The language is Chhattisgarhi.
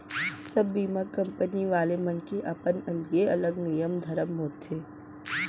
सब बीमा कंपनी वाले मन के अपन अलगे अलगे नियम धरम होथे